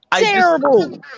Terrible